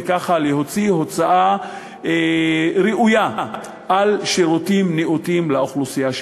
וכך להוציא הוצאה ראויה על שירותים נאותים לאוכלוסייה שלהן.